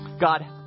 God